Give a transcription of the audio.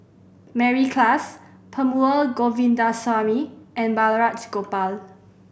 Mary Klass Perumal Govindaswamy and Balraj Gopal